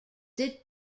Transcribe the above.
that